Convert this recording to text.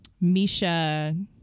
Misha